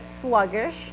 sluggish